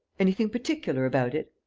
anything particular about it?